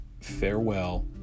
farewell